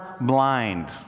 blind